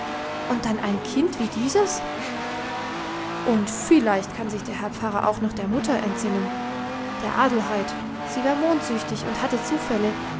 und dann ein kind wie dieses und vielleicht kann sich der herr pfarrer auch noch der mutter erinnern der adelheid sie war mondsüchtig und hatte zufälle